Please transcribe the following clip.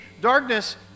darkness